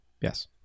Yes